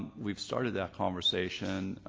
we've started that conversation.